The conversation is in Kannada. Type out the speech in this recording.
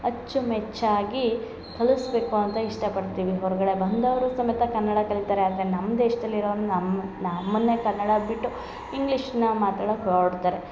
ಅಚ್ಚುಮೆಚ್ಚಾಗಿ ಕಲಿಸಬೇಕು ಅಂತ ಇಷ್ಟ ಪಡ್ತೀವಿ ಹೊರಗಡೆ ಬಂದವರು ಸಮೇತ ಕನ್ನಡ ಕಲಿತಾರೆ ಆದರೆ ನಮ್ಮ ದೇಶ್ದಲ್ಲಿ ಇರೋರು ನಮ್ಮ ನಾಮ್ಮನ್ನೆ ಕನ್ನಡ ಬಿಟ್ಟು ಇಂಗ್ಲೀಷ್ನ ಮಾತಾಡಕ್ಕೆ ಹೋರ್ಡ್ತರೆ